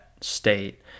state